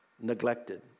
neglected